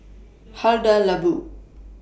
Hada Labo